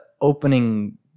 opening